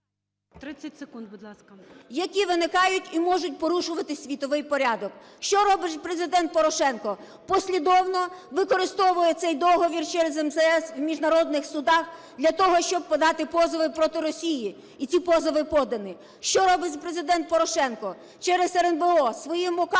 30 секунд, будь ласка. ЛУЦЕНКО І.С. …які виникають і можуть порушувати світовий порядок. Що робить Президент Порошенко? Послідовно використовує цей договір через МЗС в міжнародних судах для того, щоб подати позови проти Росії, і ті позови подані. Що робить Президент Порошенко? Через РНБО своїм указом